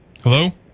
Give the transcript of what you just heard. Hello